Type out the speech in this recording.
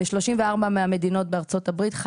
ב-34 מהמדינות בארצות הברית,